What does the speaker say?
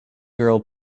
girl